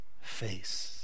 face